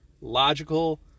logical